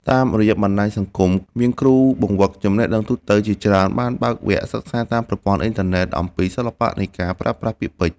តាមរយៈបណ្ដាញសង្គម មានគ្រូបង្វឹកចំណេះដឹងទូទៅជាច្រើនបានបើកវគ្គសិក្សាតាមប្រព័ន្ធអ៊ីនធឺណិត អំពីសិល្បៈនៃការប្រើប្រាស់ពាក្យពេចន៍។